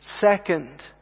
second